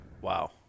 Wow